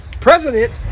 President